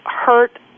hurt